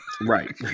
right